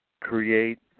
create